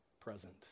present